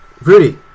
Rudy